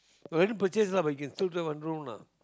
already purchase lah but you can still rent one room lah